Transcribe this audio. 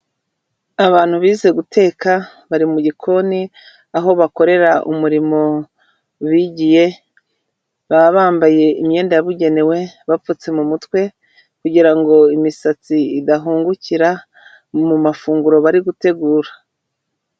Abantu bize guteka, bari mu gikoni, aho bakorera umurimo bigiye, baba bambaye imyenda yabugenewe bapfutse mu mutwe, kugira ngo imisatsi idahungukira mu mafunguro bari gutegura.